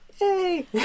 Yay